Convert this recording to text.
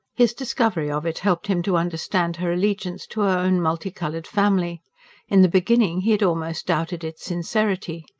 his discovery of it helped him to understand her allegiance to her own multicoloured family in the beginning he had almost doubted its sincerity.